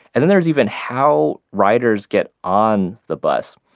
and then there's even how riders get on the bus.